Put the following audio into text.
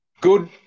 Good